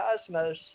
Cosmos